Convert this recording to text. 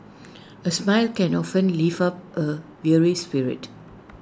A smile can often lift up A weary spirit